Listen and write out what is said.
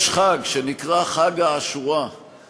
יש חג שנקרא חג העשוראא,